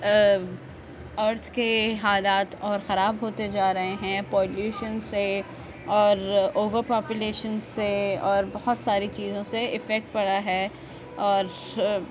ارتھ کے حالات اور خراب ہوتے جا رہے ہیں پولیوشن سے اور اوورپاپولیشن سے اور بہت ساری چیزوں سے افیکٹ پڑا ہے اور